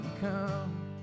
come